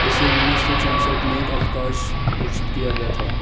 इसे उन्नीस सौ चौसठ में एक अवकाश घोषित किया गया था